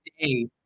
day